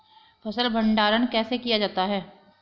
फ़सल भंडारण कैसे किया जाता है?